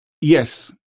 yes